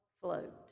float